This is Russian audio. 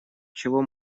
чего